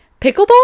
pickleball